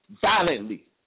violently